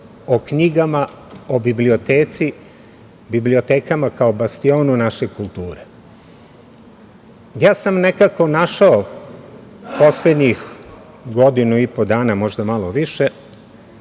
o knjigama o biblioteci, bibliotekama kao bastionu naše kulture. Ja sam nekako našao poslednjih godinu i po dana, možda malo više,